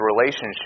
relationship